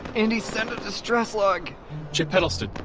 and so and distress log chip heddleston.